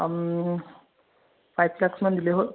five lux মান দিলেই হ'ল